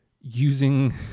using